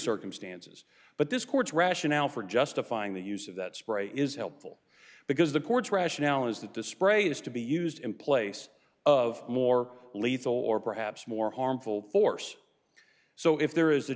circumstances but this court's rationale for justifying the use of that spray is helpful because the court's rationale is that the spray is to be used in place of more lethal or perhaps more harmful force so if there is a